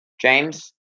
James